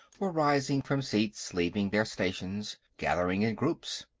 were rising from seats, leaving their stations, gathering in groups.